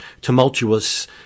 tumultuous